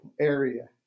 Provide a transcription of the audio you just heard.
area